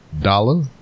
dollar